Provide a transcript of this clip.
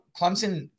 Clemson –